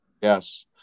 yes